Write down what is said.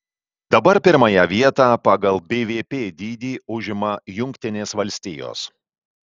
dabar pirmąją vietą pagal bvp dydį užima jungtinės valstijos